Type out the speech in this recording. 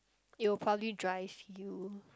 it will probably drive you